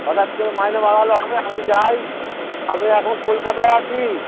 হঠাৎ করে মাইনে বাড়ালো হবে আমি যাই আমি এখন কলকাতায় আছি